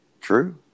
True